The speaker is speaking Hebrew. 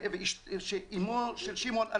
אמו של שמעון,